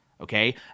okay